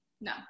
no